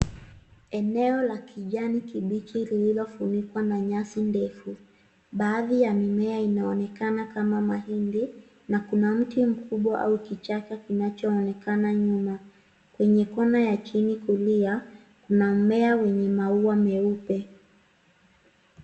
Eneo la kijani kibichi lililofunikwa na nyasi ndefu. Baadhi ya mimea inaonekana kama mahindi na kuna mti mkubwa au kichaka kinachoonekana nyuma. Kwenye kona ya chini kulia kuna mmea wenye maua meupe.